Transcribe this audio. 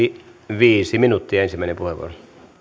viisi minuuttia ensimmäinen puheenvuoro